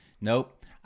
Nope